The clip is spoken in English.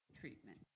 treatment